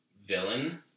villain